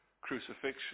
crucifixion